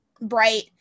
bright